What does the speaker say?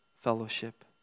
fellowship